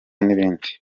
n’ibindi